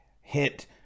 hit